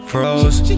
Froze